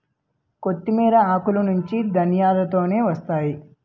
కొత్తిమీర ఆకులనుంచి ధనియాలొత్తాయి